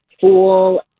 full